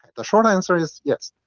the short answer is yes.